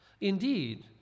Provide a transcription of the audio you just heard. Indeed